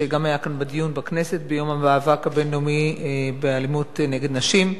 שגם היה כאן בדיון בכנסת ביום המאבק הבין-לאומי באלימות נגד נשים,